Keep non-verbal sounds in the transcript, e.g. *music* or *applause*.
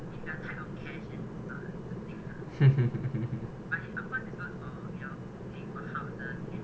*noise*